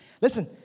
listen